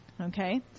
okay